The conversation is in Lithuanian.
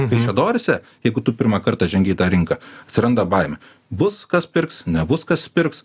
kaišiadoryse jeigu tu pirmą kartą žengi į tą rinką atsiranda baimė bus kas pirks nebus kas pirks